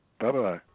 Bye-bye